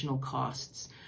costs